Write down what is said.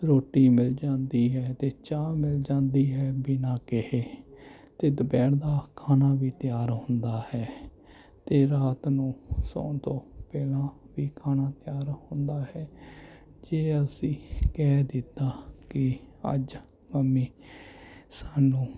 ਰੋਟੀ ਮਿਲ ਜਾਂਦੀ ਹੈ ਅਤੇ ਚਾਹ ਮਿਲ ਜਾਂਦੀ ਹੈ ਬਿਨਾਂ ਕਹੇ ਅਤੇ ਦੁਪਹਿਰ ਦਾ ਖਾਣਾ ਵੀ ਤਿਆਰ ਹੁੰਦਾ ਹੈ ਅਤੇ ਰਾਤ ਨੂੰ ਸੌਣ ਤੋਂ ਪਹਿਲਾਂ ਵੀ ਖਾਣਾ ਤਿਆਰ ਹੁੰਦਾ ਹੈ ਜੇ ਅਸੀਂ ਕਹਿ ਦਿੱਤਾ ਕਿ ਅੱਜ ਮੰਮੀ ਸਾਨੂੰ